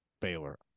Baylor